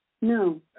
No